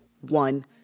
one